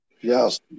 Yes